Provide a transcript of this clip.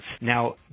Now